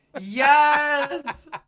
Yes